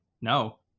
no